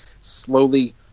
slowly